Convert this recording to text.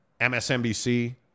MSNBC